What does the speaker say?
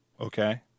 Okay